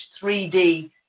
3D